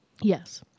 Yes